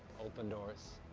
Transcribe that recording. open doors.